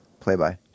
Play-by